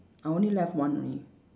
I only left one only